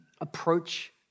approach